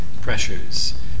pressures